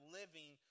living